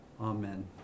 Amen